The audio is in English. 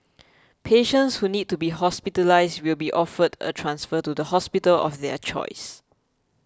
patients who need to be hospitalised will be offered a transfer to the hospital of their choice